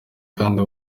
kandi